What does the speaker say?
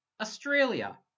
Australia